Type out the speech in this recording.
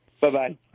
Bye-bye